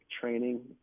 training